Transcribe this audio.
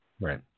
Right